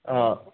ஆ